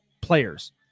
players